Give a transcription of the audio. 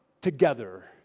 together